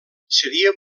seria